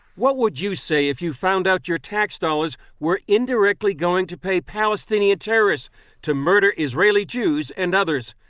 what would you say if you found out your tax dollars were indirectly going to pay palestinian terrorists to murder israeli jews and others?